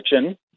kitchen